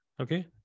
Okay